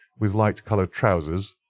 with light-coloured trousers,